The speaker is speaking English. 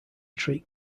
treat